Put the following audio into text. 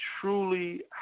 truly